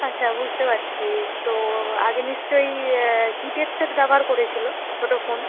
আচ্ছা বুঝতে পারছি তো আগে নিশ্চয়ই কি প্যাড সেট ব্যবহার করেছিল ছোটো ফোন